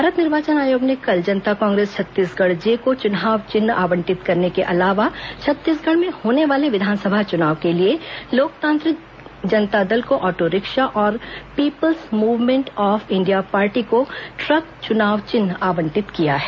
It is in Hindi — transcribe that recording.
भारत निर्वाचन आयोग ने कल जनता कांग्रेस छत्तीसगढ़ जे को चुनाव चिन्ह आवंटित करने के अलावा छत्तीसगढ़ में होने वाले विधानसभा चुनाव के लिए लोकतांत्रिक जनता दल को ऑटो रिक्शा और people's movement of India party को ट्रक चुनाव चिन्ह आवंटित किया है